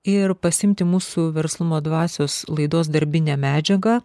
ir pasiimti mūsų verslumo dvasios laidos darbinę medžiagą